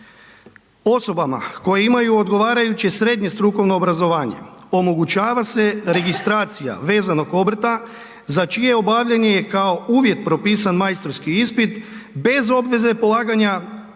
Osobama koje imaju odgovarajuće srednje strukovno obrazovanje omogućava se registracija vezanog obrta za čije obavljanje je kao uvjet propisan majstorski ispit bez obveze polaganja